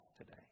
today